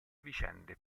vicende